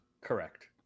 Correct